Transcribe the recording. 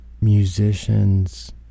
musicians